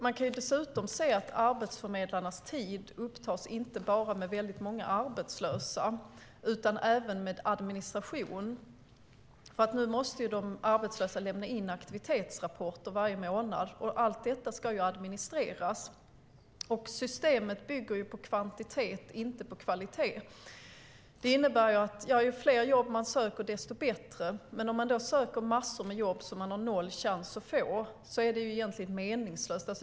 Man kan dessutom se att arbetsförmedlarnas tid inte bara upptas av många arbetslösa utan även av administration. Nu måste ju de arbetslösa lämna in aktivitetsrapporter varje månad, och allt detta ska administreras. Systemet bygger på kvantitet, inte kvalitet. Det innebär att ju fler jobb man säker, desto bättre är det. Men om man då söker massor med jobb som man har noll chans att få är det meningslöst.